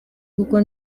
kuko